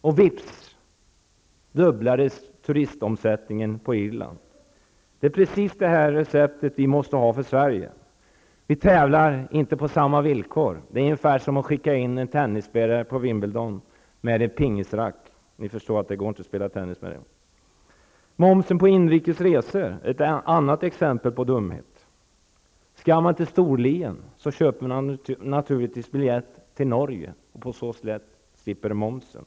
Och vips fördubblades turistomsättningen i Irland. Det är precis det här receptet som vi måste tillämpa för Sverige. Vi tävlar inte på samma villkor. Det är ungefär som att skicka en tennisspelare till Wimbledon med en pingisracket. Vi förstår att det inte går att spela tennis med det. Momsen på inrikes resor är ett annat exempel på dumhet. Skall man åka till Storlien köper man naturligtvis en biljett till Norge för att på så sätt slippa momsen.